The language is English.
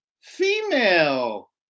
female